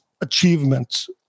achievements